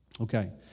Okay